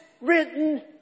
written